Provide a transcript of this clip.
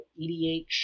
EDH